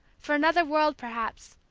for another world, perhaps,